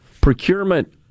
procurement